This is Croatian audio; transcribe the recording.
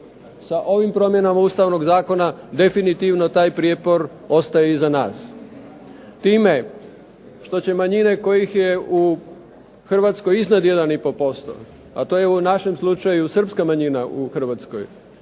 SA ovim promjenama Ustavnog zakona definitivno taj prijepor ostaje iza nas. Time što će manjine kojih je u Hrvatskoj ispod 1,5%, a to je u našem slučaju Srpska manjina u Hrvatskoj